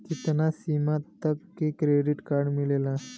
कितना सीमा तक के क्रेडिट कार्ड मिलेला?